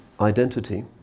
identity